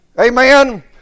Amen